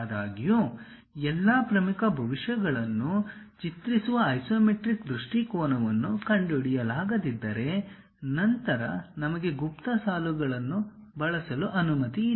ಆದಾಗ್ಯೂ ಎಲ್ಲಾ ಪ್ರಮುಖ ಭವಿಷ್ಯಗಳನ್ನು ಚಿತ್ರಿಸುವ ಐಸೊಮೆಟ್ರಿಕ್ ದೃಷ್ಟಿಕೋನವನ್ನು ಕಂಡುಹಿಡಿಯಲಾಗದಿದ್ದರೆ ನಂತರ ನಮಗೆ ಗುಪ್ತ ಸಾಲುಗಳನ್ನು ಬಳಸಲು ಅನುಮತಿ ಇದೆ